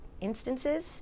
instances